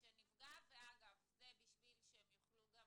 אגב, זה בשביל שיוכלו גם